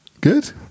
Good